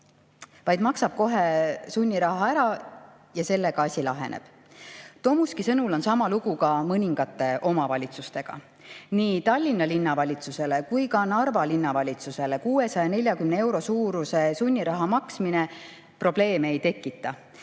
vaid maksab kohe sunniraha ära ja sellega asi laheneb. Tomuski sõnul on sama lugu ka mõne omavalitsusega. Nii Tallinna Linnavalitsusele kui ka Narva Linnavalitsusele 640 euro suuruse sunniraha maksmine probleeme ei tekita